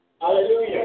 Hallelujah